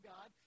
God